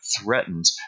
threatened